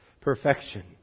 perfection